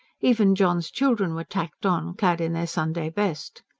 even john's children were tacked on, clad in their sunday best.